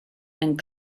and